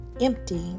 empty